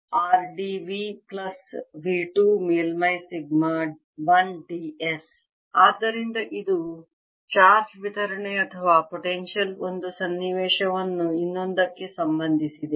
∫V1 ρ2 ⃗r dV ∫ V1surfaceσ 1 dS∫ V2 ρ1⃗r dV ∫V2surfaceσ 1 dS ಆದ್ದರಿಂದ ಇದು charge ವಿತರಣೆ ಅಥವಾ ಪೊಟೆನ್ಶಿಯಲ್ ಒಂದು ಸನ್ನಿವೇಶವನ್ನು ಇನ್ನೊಂದಕ್ಕೆ ಸಂಬಂಧಿಸಿದೆ